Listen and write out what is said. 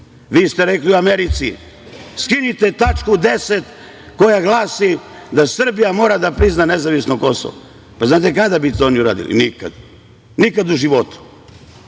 ste rekli u Americi – skinite tačku 10. koja glasi da Srbija mora da prizna nezavisno Kosovo. Znate kada bi oni to uradili? Nikada. Nikada u životu.